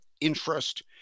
interest